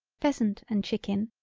pheasant and chicken,